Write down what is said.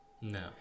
No